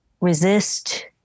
resist